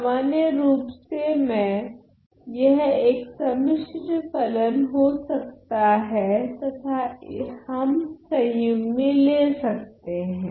सामान्य रूप से मैं यह एक सम्मिश्र फलन हो सकता है तथा हम संयुग्मी ले सकते हैं